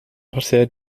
partij